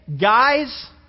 Guys